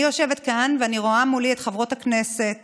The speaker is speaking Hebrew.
אני יושבת כאן ואני רואה מולי את חברות הכנסת